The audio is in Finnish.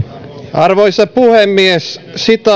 arvoisa puhemies